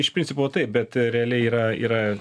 iš principo taip bet realiai yra yra